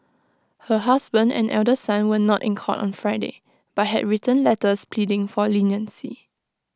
her husband and elder son were not in court on Friday but had written letters pleading for leniency